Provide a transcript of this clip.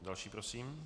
Další prosím.